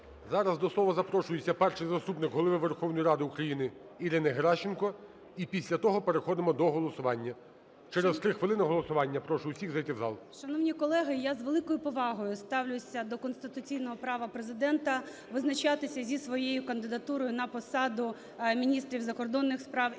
Зараз до слова запрошується Перший заступник Голови Верховної Ради України Ірина Геращенко. І після того переходимо до голосування. Через 3 хвилини голосування, прошу всіх зайти в зал. 13:16:16 ГЕРАЩЕНКО І.В. Шановні колеги! Я з великою повагою ставлюся до конституційного права Президента визначатися зі своєю кандидатурою на посаду міністра закордонних справ і